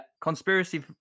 conspiracy